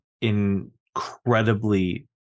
incredibly